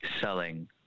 selling